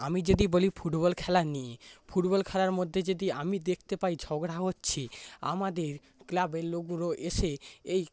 আমি যদি বলি ফুটবল খেলা নিয়ে ফুটবল খেলার মধ্যে যদি আমি দেখতে পাই ঝগড়া হচ্ছে আমাদের ক্লাবের লোকগুলো এসে এই